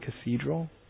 cathedral